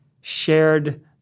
shared